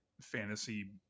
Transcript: fantasy